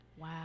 Wow